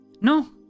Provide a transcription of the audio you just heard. No